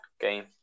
game